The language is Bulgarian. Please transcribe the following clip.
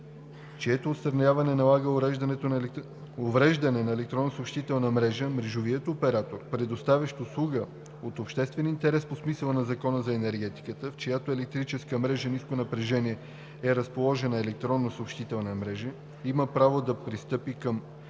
чието отстраняване налага увреждане на електронна съобщителна мрежа, мрежовият оператор, предоставящ услуга от обществен интерес по смисъла на Закона за енергетиката, в чиято електрическа мрежа ниско напрежение е разположена електронна съобщителна мрежа, има право да пристъпи към